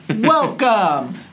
Welcome